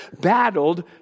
battled